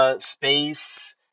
space